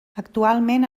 actualment